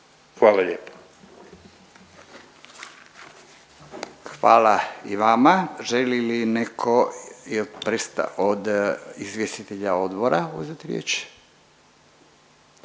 (Nezavisni)** Hvala i vama. Želi li netko od izvjestitelja odbora uzeti riječ?